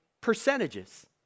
percentages